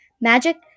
magic